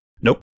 nope